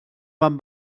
van